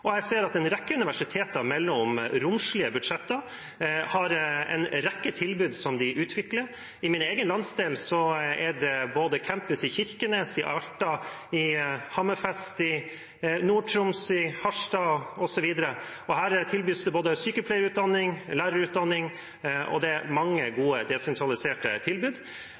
og jeg ser at en rekke universiteter melder om romslige budsjetter. De har en rekke tilbud som de utvikler. I min egen landsdel er det campus både i Kirkenes, i Alta, i Hammerfest, i Nord-Troms, i Harstad, osv. Her tilbys det både sykepleierutdanning og lærerutdanning, og det er mange gode desentraliserte tilbud.